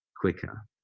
quicker